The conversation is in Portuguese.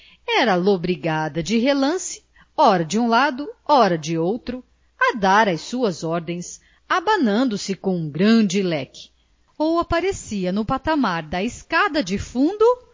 era lobrigada de relance ora de um lado ora de outro a dar as suas ordens abanando se com um grande leque ou aparecia no patamar da escada do fundo